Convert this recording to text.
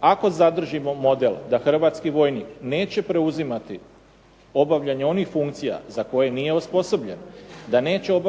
ako zadržimo model da hrvatski vojnik neće preuzimati obavljanje onih funkcija za koje nije osposobljen, da neće